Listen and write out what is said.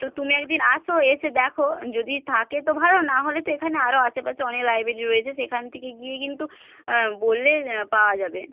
তো তুমি এক দিন আসো এসে দেখো যদি থাকে তো ভালো নাহলে তো এখানে আরও আশেপাশে অনেক লাইব্রেরি রয়েছে সেখান থেকে গিয়ে কিন্তু বললে পাওয়া যাবে